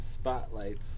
spotlights